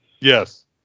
Yes